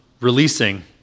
Releasing